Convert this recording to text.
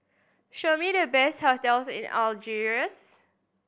show me the best hotels in Algiers